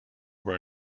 were